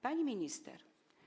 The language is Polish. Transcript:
Pani Minister!